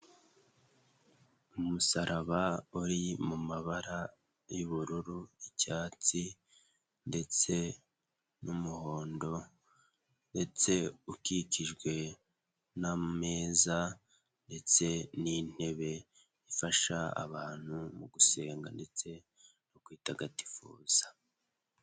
Umusaraba uri mu mu mabara y'ubururu, icyatsi ndetse n'umuhondo ndetse ukikijwe n'ameza ndetse n'intebe ifasha abantu mu gusenga ndetse no kwitagatifuza.